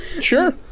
Sure